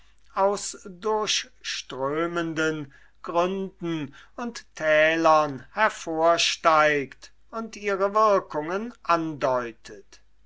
aus durchströmten gründen und tälern hervorsteigt und ihre windungen andeutet